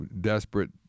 desperate